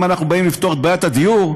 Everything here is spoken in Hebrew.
אם אנחנו באים לפתור את בעיית הדיור,